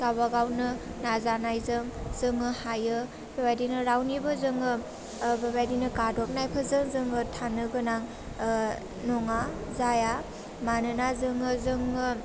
गाबागावनो नाजानायजों जोङो हायो बेबायदिनो रावनिबो जोङो बेबायदिनो गादबनायखौसो जोङो थानो गोनां नङा जाया मानोना जोङो जोङो